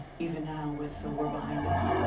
even now with the war behind us.